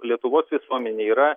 lietuvos visuomenėje yra